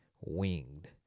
Winged